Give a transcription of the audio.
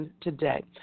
Today